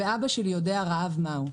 ואבא שלי יודע רעב מהו.